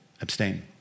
abstain